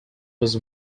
was